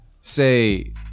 say